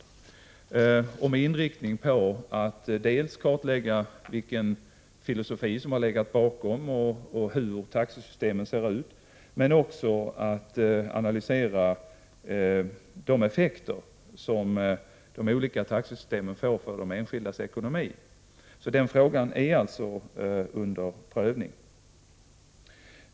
Översynen skall ha inriktning på att dels kartlägga vilka | filosofier som har legat bakom taxesystemen och hur de ser ut, dels analysera vilka effekter de olika taxesystemen får för de enskildas ekonomi. Den | frågan är alltså under prövning.